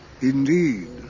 Indeed